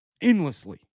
endlessly